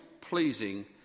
pleasing